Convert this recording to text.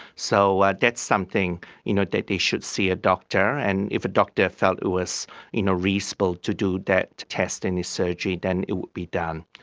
so ah that's something you know that they should see a doctor, and if a doctor felt it was you know reasonable to do that test in the surgery then it would be done.